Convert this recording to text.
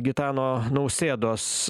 gitano nausėdos